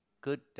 Good